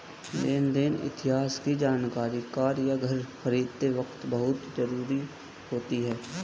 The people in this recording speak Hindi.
लेन देन इतिहास की जानकरी कार या घर खरीदते वक़्त बहुत जरुरी होती है